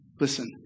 Listen